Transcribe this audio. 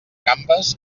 gambes